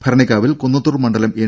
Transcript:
ഭരണിക്കാവിൽ കുന്നത്തൂർ മണ്ഡലം എൻ